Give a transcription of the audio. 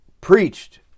Preached